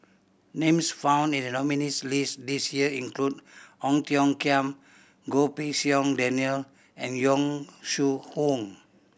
names found in the nominees' list this year include Ong Tiong Khiam Goh Pei Siong Daniel and Yong Shu Hoong